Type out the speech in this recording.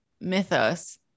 mythos